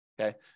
Okay